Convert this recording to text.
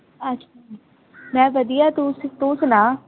ਅੱ ਮੈਂ ਵਧੀਆ ਤੂੰ ਤੂੰ ਸੁਣਾ